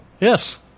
Yes